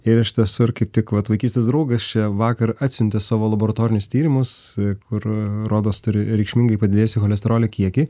ir iš tiesų ir kaip tik vat vaikystės draugas čia vakar atsiuntė savo laboratorinius tyrimus kur rodos turi reikšmingai padidėjusį cholesterolio kiekį